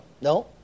no